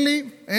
יש לך.